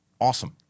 awesome